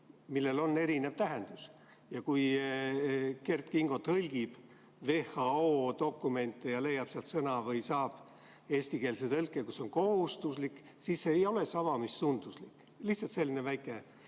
millel on erinev tähendus. Kui Kert Kingo tõlgib WHO dokumente ja leiab sealt sõna või saab eestikeelse tõlke, kus on kirjas "kohustuslik", siis see ei ole sama, mis "sunduslik". Lihtsalt selline väike